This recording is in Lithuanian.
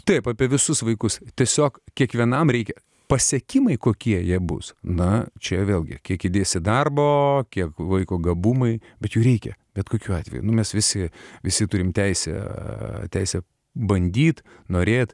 taip apie visus vaikus tiesiog kiekvienam reikia pasiekimai kokie jie bus na čia vėlgi kiek įdėsi darbo o kiek vaiko gabumai bet jų reikia bet kokiu atveju mes visi visi turime teisę teisę bandyti norėti